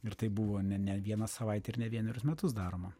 ir tai buvo ne ne vieną savaitę ir ne vienerius metus daroma